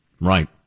Right